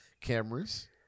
cameras